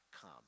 come